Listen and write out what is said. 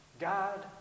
God